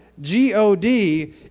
G-O-D